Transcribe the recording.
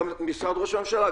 גם משרד ראש הממשלה,